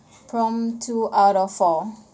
prompt two out of four